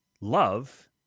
love